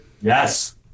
Yes